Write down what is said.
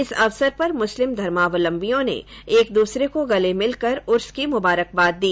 इस अवसर पर मुस्लिम धर्मावलम्बियों ने एक दूसरे को गले मिलकर उर्स की मुबारकबाद दी